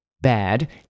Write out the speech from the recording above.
bad